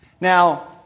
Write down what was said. Now